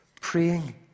Praying